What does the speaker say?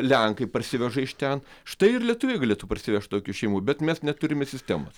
lenkai parsiveža iš ten štai ir lietuviai galėtų parsivežt tokių šeimų bet mes neturime sistemos